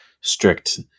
strict